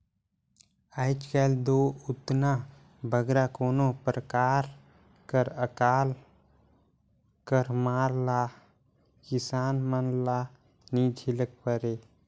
आएज काएल दो ओतना बगरा कोनो परकार कर अकाल कर मार ल किसान मन ल नी झेलेक परे